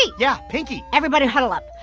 yeah, pinky! everybody huddle up.